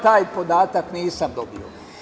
Taj podatak nisam dobio.